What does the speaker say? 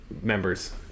members